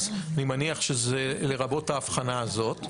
אז אני מניח שזה לרבות ההבחנה הזאת.